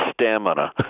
stamina